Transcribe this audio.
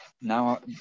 now